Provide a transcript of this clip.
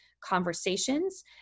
conversations